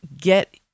get